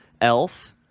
Elf